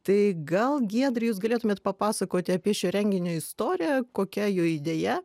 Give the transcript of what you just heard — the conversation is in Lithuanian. tai gal giedre galėtumėt papasakoti apie šio renginio istoriją kokia jo idėja